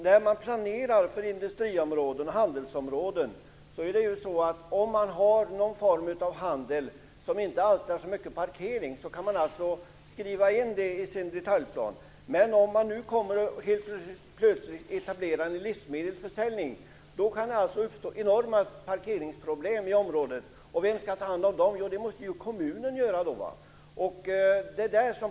När man planerar för industriområden och handelsområden och har någon form av handel som inte alstrar så mycket parkering kan man alltså skriva in det i sin detaljplan. Men om det sedan plötsligt etableras livsmedelsförsäljning i området kan det uppstå enorma parkeringsproblem där. Vem skall då ta hand om dem? Jo, det måste ju kommunen göra.